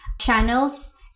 channels